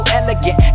elegant